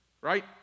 right